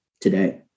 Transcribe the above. today